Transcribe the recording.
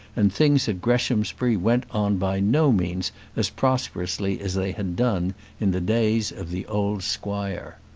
and things at greshamsbury went on by no means as prosperously as they had done in the days of the old squire.